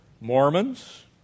Mormons